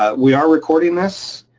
um we are recording this,